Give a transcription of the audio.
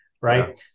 right